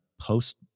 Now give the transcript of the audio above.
post